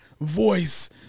voice